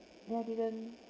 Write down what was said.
yeah I didn't